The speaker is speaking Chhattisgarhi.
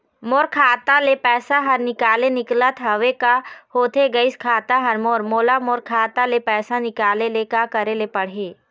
मोर खाता ले पैसा हर निकाले निकलत हवे, का होथे गइस खाता हर मोर, मोला मोर खाता ले पैसा निकाले ले का करे ले पड़ही?